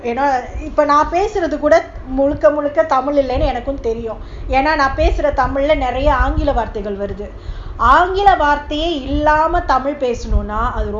you know இப்போநான்பேசுறதுகூடமுழுக்கமுழுக்கதமிழ்இல்லனுஎனக்கும்தெரியும்எனாநான்பேசுறதமிழ்லநெறயஆங்கிலவார்த்தைகள்வருதுஆங்கிலவார்த்தையேஇல்லாமதமிழ்பேசணும்னாஅது:ipo nan pesurathu kooda muluka muluka tamil illanu enakum therium yena nan pesurathu tamilla neraya aangila varthaigal varuthu aangila varthaye illama tamil pesanumna adhu